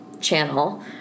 channel